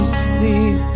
sleep